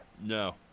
No